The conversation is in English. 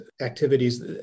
activities